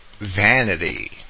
vanity